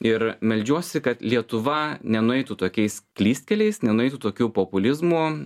ir meldžiuosi kad lietuva nenueitų tokiais klystkeliais nenueitų tokių populizmu